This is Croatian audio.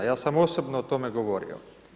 Ja sam osobno o tome govorio.